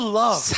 love